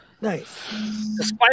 Nice